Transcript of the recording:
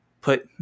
put